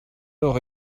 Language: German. doch